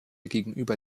gegenüber